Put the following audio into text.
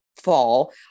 fall